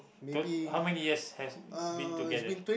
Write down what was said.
to how many year has been together